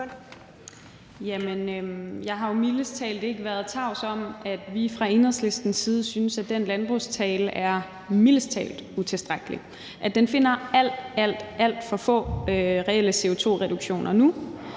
jeg har jo mildest talt ikke været tavs om, at vi fra Enhedslistens side synes, at den landbrugsaftale mildest talt er utilstrækkelig, at den finder alt, alt for få reelle CO2-reduktioner nu,